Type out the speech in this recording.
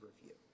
review